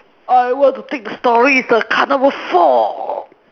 I were to pick the stories but the top was sore